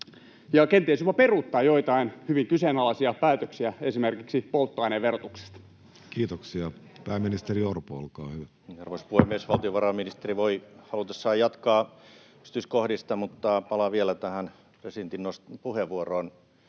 ja kenties jopa peruuttaa joitain hyvin kyseenalaisia päätöksiä esimerkiksi polttoaineen verotuksesta? Kiitoksia. — Pääministeri Orpo, olkaa hyvä. Arvoisa puhemies! Valtiovarainministeri voi halutessaan jatkaa yksityiskohdista, mutta palaan vielä presidentin puheenvuoroon.